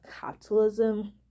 capitalism